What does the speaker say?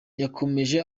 yakomeje